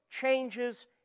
changes